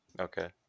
Okay